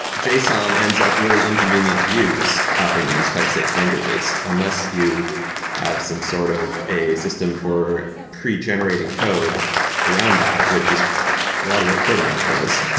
json ends up really inconvenient to use this often in these type safe languages unless you have some sort of a system for pre-generating code around that, which is a lot of what proto buff does.